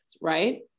right